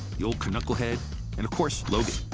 the old knucklehead and, of course, logan.